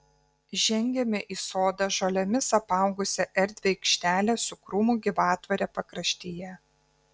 žengėme į sodą žolėmis apaugusią erdvią aikštelę su krūmų gyvatvore pakraštyje